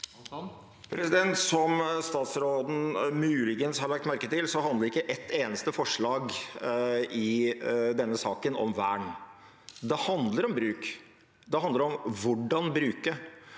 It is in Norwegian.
Som statsråd- en muligens har lagt merke til, handler ikke ett eneste forslag i denne saken om vern. Det handler om bruk, og det handler om hvordan man bruker.